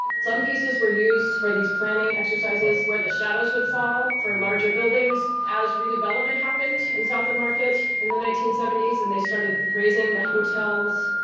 some pieces were used for these planning exercises where the shadows would fall for larger buildings as redevelopment happened in south of market in the nineteen seventy s. and they started raising the hotels,